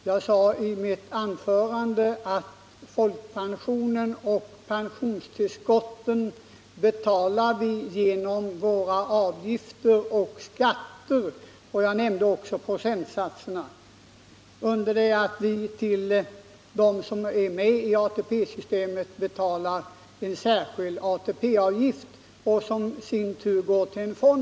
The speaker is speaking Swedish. Jag sade i mitt tidigare anförande att vi betalar folkpensionerna och pensionstillskotten genom våra avgifter och skatter — jag nämnde även procentsatserna — under det att det för dem som är med i ATP-systemet betalas en särskild ATP-avgift somisin tur går till en fond.